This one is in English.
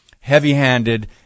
heavy-handed